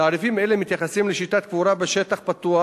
תעריפים אלה מתייחסים לשיטת קבורה בשטח פתוח,